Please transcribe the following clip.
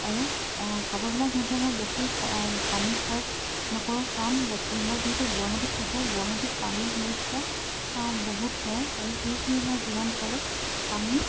আৰু কাপোৰবিলাক ধোওঁতে মই বেছি পানী খৰচ নকৰোঁ কাৰণ মই যিহেতু গুৱাহাটীত থাকোঁ গুৱাহাটীত পানীৰ সমস্যা বহুত হয় সেয়েহে মই যিমান পাৰোঁ পানী